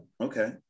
Okay